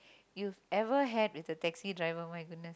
you've ever had with the taxi driver oh-my-goodness